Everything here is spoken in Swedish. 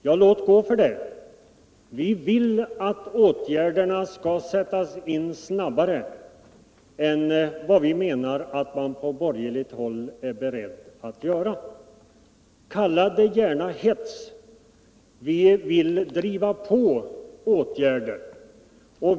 Ja, låt gå för det; vi vill att åtgärderna skall sättas in snabbare än vad vi menar att man på borgerligt håll är beredd att göra. Kalla det gärna hets! Vi vill driva på åtgärderna.